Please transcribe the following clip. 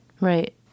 Right